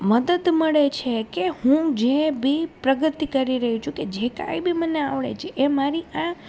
મદદ મળે છે કે હું જે બી પ્રગતિ કરી રહી છું કે જે કાંઇ બી મને આવડે છે એ મારી આ